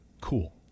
cool